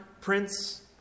Prince